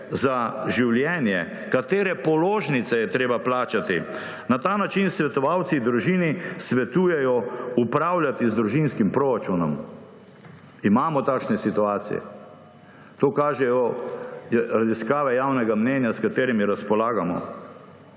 za življenje, katere položnice je treba plačati. Na ta način svetovalci družini svetujejo, kako upravljati z družinskim proračunom. Imamo takšne situacije, to kažejo raziskave javnega mnenja, s katerimi razpolagamo.